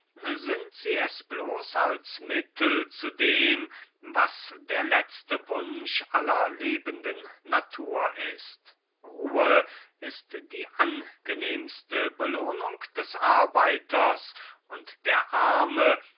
sind sie es bloß als mittel zu dem was der letzte wunsch aller lebenden natur ist ruhe ist die angenehmste belohnung des arbeiters und der arme